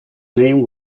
name